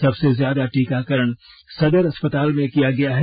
सबसे ज्यादा टीकाकरण सदर अस्पताल में किया गया है